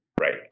Right